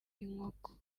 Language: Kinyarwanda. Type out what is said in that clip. inkoko